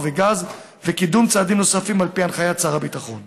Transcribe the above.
וגז וקידום צעדים נוספים על פי הנחיית שר הביטחון.